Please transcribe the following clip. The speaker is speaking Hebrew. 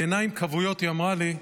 ובעיניים כבויות היא אמרה לי: